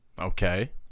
Okay